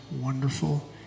wonderful